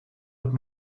het